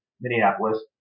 Minneapolis